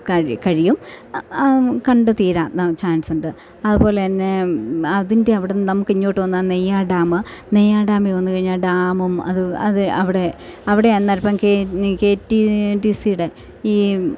കഴിയും അ കണ്ടു തീരാം ചാൻസുസ് ഉണ്ട് അതുപോലെ തന്നെ അതിൻ്റെ അവിടെനിന്ന് നമുക്ക് ഇങ്ങോട്ട് വന്നാൽ നെയ്യാർ ഡാമ് നെയ്യാർ ഡാമിൽ വന്ന് കഴിഞ്ഞാൽ ഡാമും അത് അത് അവിടെ അവിടെനിന്ന് അൽപ്പം കേ റ്റി റ്റി സിയുടെ ഈ